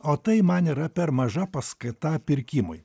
o tai man yra per maža paskaita pirkimui